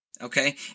okay